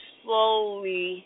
slowly